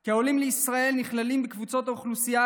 כי העולים לישראל נכללים בקבוצת האוכלוסייה